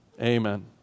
Amen